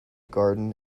garden